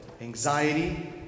anxiety